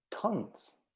Tons